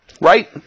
Right